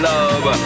Love